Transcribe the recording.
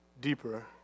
deeper